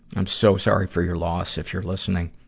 i'm so sorry for your loss, if you're listening.